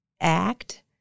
act